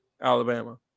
Alabama